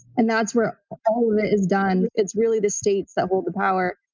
and that's where all of it is done. it's really the states that wield the power,